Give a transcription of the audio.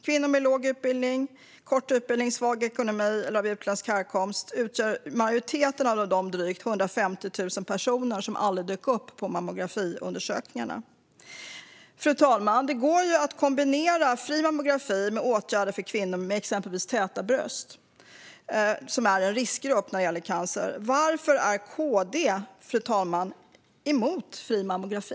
Kvinnor med kort utbildning, svag ekonomi eller av utländsk härkomst utgör majoriteten av alla de drygt 150 000 personer som aldrig dök upp på mammografiundersökningarna. Fru talman! Det går att kombinera fri mammografi med åtgärder för kvinnor med exempelvis täta bröst, som är en riskgrupp för cancer. Varför är KD, fru talman, emot fri mammografi?